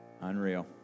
Unreal